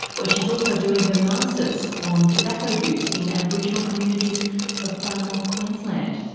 where she's also doing her masters on tobacco use in aboriginal communities of far north queensland.